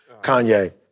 Kanye